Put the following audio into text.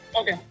Okay